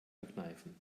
verkneifen